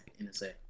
NSA